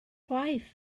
chwaith